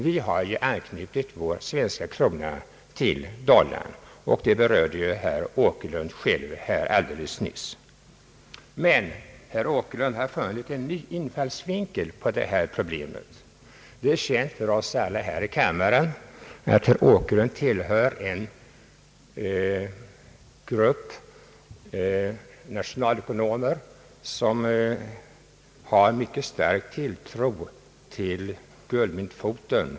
Vi har anknutit vår svenska krona till dollarn, och det berörde herr Åkerlund själv alldeles nyss. Men herr Åkerlund har funnit en ny infallsvinkel på detta problem. Det är känt för oss alla här i kammaren att herr Åkerlund tillhör en grupp av nationalekonomer som har mycket stark tilltro till guldmyntfoten.